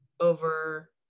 over